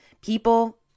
People